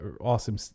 awesome